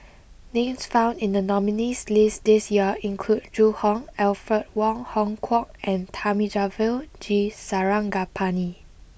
names found in the nominees' list this year include Zhu Hong Alfred Wong Hong Kwok and Thamizhavel G Sarangapani